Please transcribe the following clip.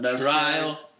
Trial